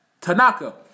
Tanaka